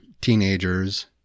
teenagers